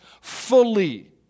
fully